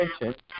attention